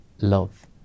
love